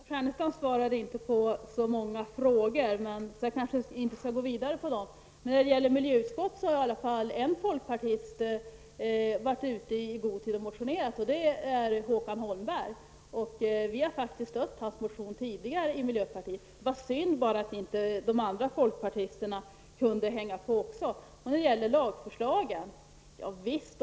Herr talman! Lars Ernestam svarade inte på så många frågor, så jag kanske inte skall gå vidare med dem. Men i fråga om miljöutskott har i varje fall en folkpartist varit ute i god tid och motionerat. Det är Håkan Holmberg. Vi i miljöpartiet har faktiskt stött hans motion tidigare. Det var bara synd att inte de andra folkpartisterna också kunde hänga på.